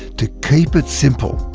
to keep it simple,